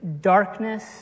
darkness